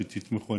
שתתמכו,